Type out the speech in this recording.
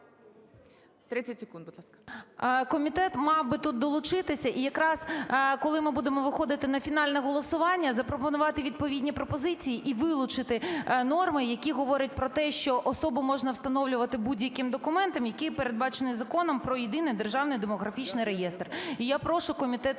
30 секунд, будь ласка. ПТАШНИК В.Ю. Комітет мав би тут долучитися і якраз, коли ми будемо виходити на фінальне голосування, запропонувати відповідні пропозиції і вилучити норми, які говорять про те, що особу можна встановлювати будь-яким документом, який передбачений Законом про Єдиний державний демографічний реєстр, і я прошу комітет